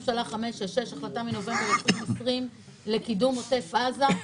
הללו, אני